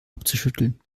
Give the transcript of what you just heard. abzuschütteln